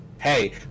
Hey